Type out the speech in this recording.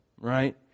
right